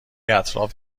اطراف